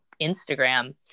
Instagram